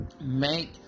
Make